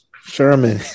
Sherman